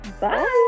bye